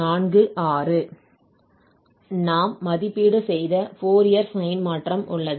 நாம் மதிப்பீடு செய்த ஃபோரியர் சைன் மாற்றம் உள்ளது